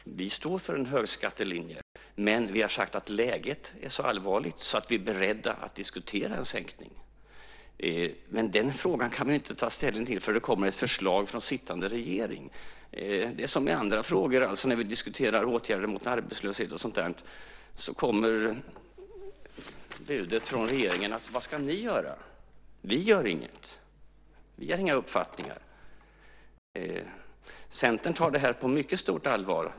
Herr talman! Vi står för en hög skattelinje, men vi har sagt att läget är så allvarligt att vi är beredda att diskutera en sänkning. Vi kan ju inte ta ställning till den frågan förrän det kommer ett förslag från sittande regering. Det är som i andra frågor. När vi diskuterar åtgärder mot arbetslöshet och liknande kommer budet från regeringen: Vad ska ni göra? Vi gör inget. Vi har inga uppfattningar. Centern tar detta på mycket stort allvar.